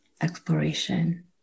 exploration